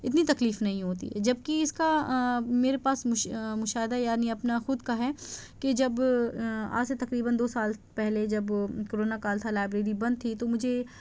اتنی تکلیف نہیں ہوتی ہے جب کہ اس کا میرے پاس مشاہدہ یعنی اپنا خود کا ہے کہ جب آج سے تقریباً دو سال پہلے جب کورونا کال تھا لائبریری بند تھی تو مجھے